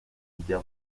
kujya